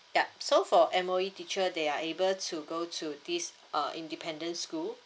yup so for M_O_E teacher they are able to go to this uh independent school